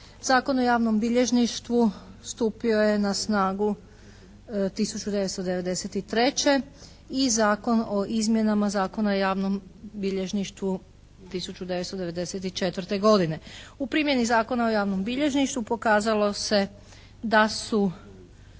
Zakon o javnom bilježništvu stupio je na snagu 1993. i Zakon o izmjenama Zakona o javnom bilježništvu 1994. godine. U primjeni Zakona o javnom bilježništvu pokazalo se da su